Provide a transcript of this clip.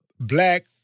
Black